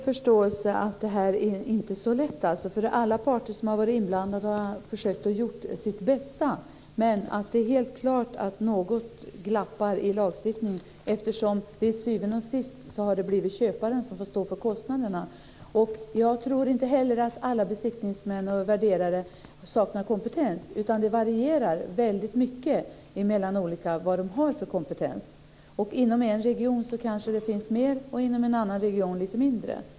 Herr talman! Jag har full förståelse för att det inte är så lätt. Alla parter som har varit inblandade har försökt göra sitt bästa. Det är helt klart att något glappar i lagstiftningen, eftersom det till syvende och sist blir köparen som får stå för kostnaderna. Jag tror inte heller att alla besiktningsmän och värderare saknar kompetens. Kompetensen varierar väldigt mycket. Inom en region finns det kanske mer och inom en annan region lite mindre.